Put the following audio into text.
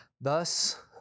Thus